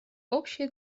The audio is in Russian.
общая